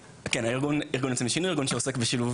ארגון יוצאים לשינוי הוא ארגון שעוסק בשילוב